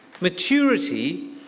Maturity